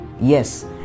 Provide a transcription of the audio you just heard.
Yes